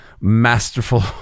masterful